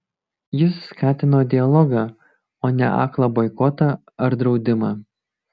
jis skatino dialogą o ne aklą boikotą ar draudimą